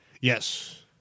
Yes